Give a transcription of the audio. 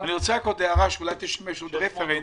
הערה שאולי תשמש לנו רפרנס,